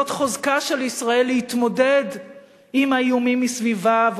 בזאת חוזקה של ישראל להתמודד עם האיומים מסביבה,